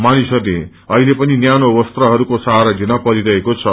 मानिसहरूले अहिले पनि न्यानो वस्त्रहरूको सहारा लिन परिरहेको छ